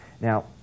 Now